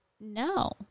No